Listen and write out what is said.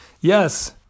Yes